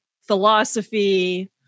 philosophy